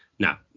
Now